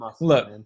look